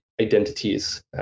identities